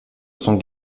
sont